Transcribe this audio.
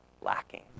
lacking